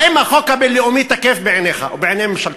האם החוק הבין-לאומי תקף בעיניך או בעיני ממשלתך?